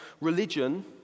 religion